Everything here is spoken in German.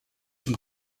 dem